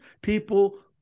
people